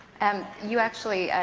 and you actually,